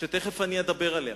שתיכף אני אדבר עליה,